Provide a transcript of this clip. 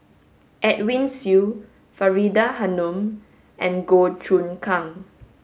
Edwin Siew Faridah Hanum and Goh Choon Kang